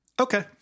Okay